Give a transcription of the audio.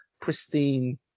pristine